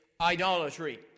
idolatry